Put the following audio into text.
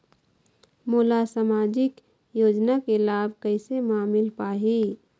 मोला सामाजिक योजना के लाभ कैसे म मिल पाही?